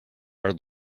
are